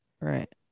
right